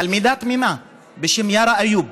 תלמידה תמימה בשם יארא איוב,